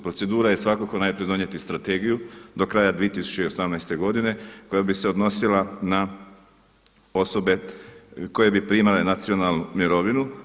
Procedura je svakako najprije donijeti strategiju do kraja 2018. godine koja bi se odnosila na osobe koje bi primale nacionalnu mirovinu.